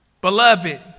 Beloved